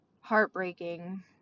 heartbreaking